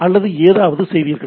அல்லது ஏதாவது செய்வீர்கள்